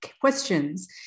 questions